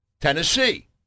Tennessee